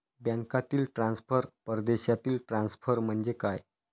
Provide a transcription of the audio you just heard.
बँकांतील ट्रान्सफर, परदेशातील ट्रान्सफर म्हणजे काय?